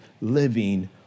living